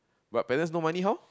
but parents no money how